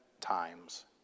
times